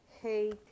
Hey